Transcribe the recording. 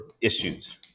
issues